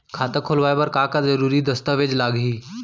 खाता खोलवाय बर का का जरूरी दस्तावेज लागही?